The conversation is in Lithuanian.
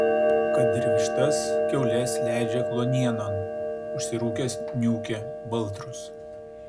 kad ir vištas kiaules leidžia kluonienon užsirūkęs niūkia baltrus